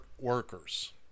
workers